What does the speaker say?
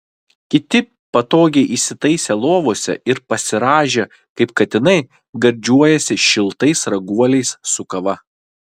kiti patogiai įsitaisę lovose ir pasirąžę kaip katinai gardžiuojasi šiltais raguoliais su kava